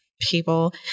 people